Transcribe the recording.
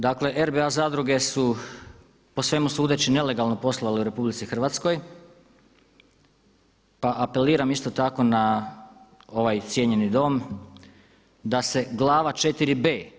Dakle, RBA zadruge su po svemu sudeći nelegalno poslovale u RH, pa apeliram isto tako na ovaj cijenjeni Dom da se Glava IVb.